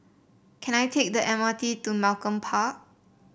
can I take the M R T to Malcolm Park